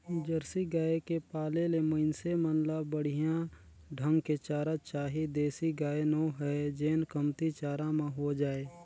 Jersey गाय के पाले ले मइनसे मन ल बड़िहा ढंग के चारा चाही देसी गाय नो हय जेन कमती चारा म हो जाय